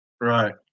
right